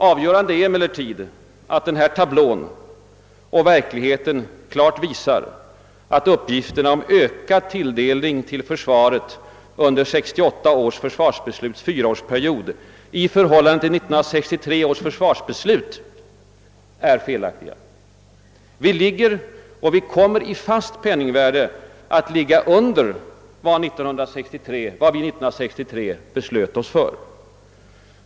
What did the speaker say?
Avgörande är emellertid att denna tablå och verkligheten klart visar att uppgifterna om ökad tilldelning till försvaret under 1968 års försvarsbesluts fyraårsperiod i förhållande till 1963 års försvarsbeslut är felaktiga. Vi ligger och vi kommer i fast penningvärde att ligga under vad vi år 1963 beslöt oss för.